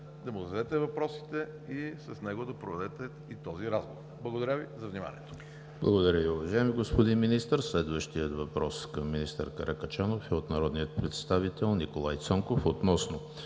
да му зададете въпросите и с него да проведете този разговор. Благодаря Ви за вниманието.